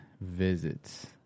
visits